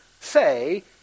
say